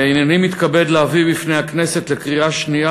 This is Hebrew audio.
הנני מתכבד להביא בפני הכנסת לקריאה שנייה